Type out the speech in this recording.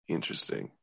Interesting